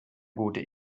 gute